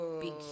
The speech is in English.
big